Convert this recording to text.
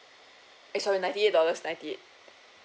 eh sorry ninety eight dollars ninety eight